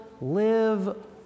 live